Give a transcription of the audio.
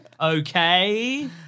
Okay